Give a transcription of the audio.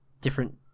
different